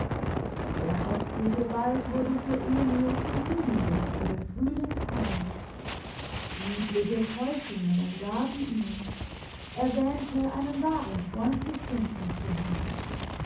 der herbstliche wald wurde für emil zum blumenduftigen frühlingshaine liebliche täuschungen umgaben ihn er wähnte einen wahren freund gefunden zu haben